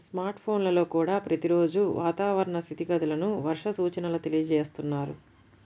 smart ఫోన్లల్లో కూడా ప్రతి రోజూ వాతావరణ స్థితిగతులను, వర్ష సూచనల తెలియజేస్తున్నారు